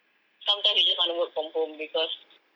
sometimes you just want to work from home because